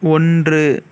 ஒன்று